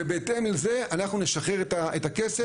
ובהתאם לזה אנחנו נשחרר את הכסף.